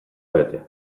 bete